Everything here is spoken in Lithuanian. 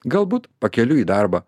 galbūt pakeliui į darbą